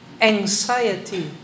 Anxiety